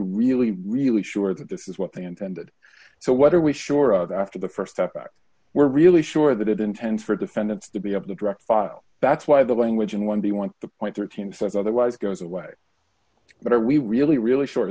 really really sure that this is what they intended so what are we sure of after the st step back we're really sure that it intends for defendants to be able to direct file that's why the language and one they want to point thirteen says otherwise goes away but are we really really short